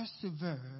persevere